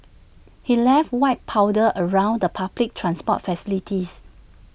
he left white powder around the public transport facilities